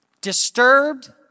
Disturbed